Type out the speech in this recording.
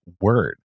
word